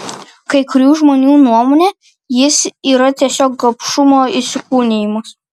kai kurių žmonių nuomone jis yra tiesiog gobšumo įsikūnijimas